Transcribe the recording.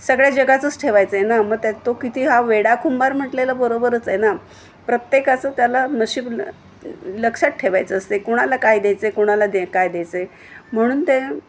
सगळ्या जगाचंच ठेवायचं आहे ना मग त्या तो किती हा वेडा कुंभार म्हटलेलं बरोबरच आहे ना प्रत्येकाचं त्याला नशीब लक्षात ठेवायचं असते कोणाला काय द्यायचं आहे कोणाला दे काय द्यायचं आहे म्हणून ते